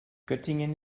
göttingen